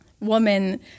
woman